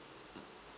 mm